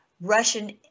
Russian